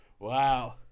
Wow